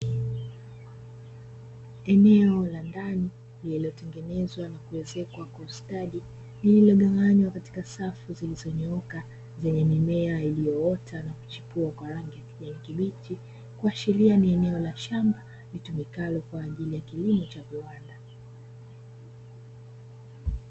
Eneo la ndani lililotengenezwa na kuezekwa kwa ustadi lililogawanywa katika safu zilizonyooka, zenye mimea iliyoota na kuchipua kwa rangi ya kijani kibichi kuashiria ni eneo la shamba, litumikalo kwa ajili ya kilimo cha viwanda.